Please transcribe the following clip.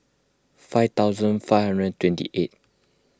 five thousand five hundred twenty eight